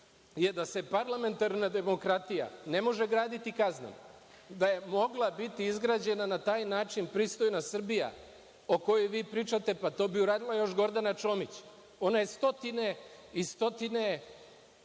je da se parlamentarna demokratija ne može graditi kaznama. Da je mogla biti izgrađena na taj način pristojna Srbija, o kojoj vi pričate, pa to bi uradila još Gordana Čomić. Ona je stotine i stotine